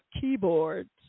keyboards